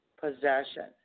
Possession